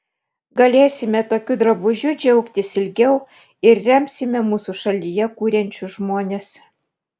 galėsime tokiu drabužiu džiaugtis ilgiau ir remsime mūsų šalyje kuriančius žmones